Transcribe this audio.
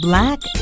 Black